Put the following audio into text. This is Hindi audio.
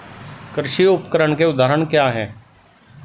कृषि उपकरण के उदाहरण क्या हैं?